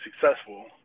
successful